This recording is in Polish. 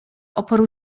oporu